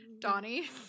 donnie